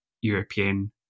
European